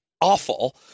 Awful